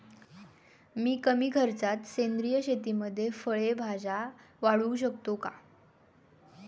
मी कमी खर्चात सेंद्रिय शेतीमध्ये फळे भाज्या वाढवू शकतो का?